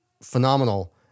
phenomenal